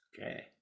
Okay